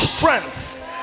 strength